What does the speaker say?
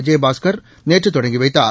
விஜயபாஸ்கர் நேற்று தொடங்கி வைத்தார்